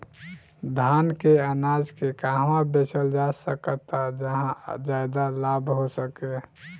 धान के अनाज के कहवा बेचल जा सकता जहाँ ज्यादा लाभ हो सके?